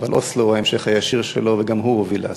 אבל אוסלו, ההמשך הישיר שלו, גם הוא הוביל לאסון.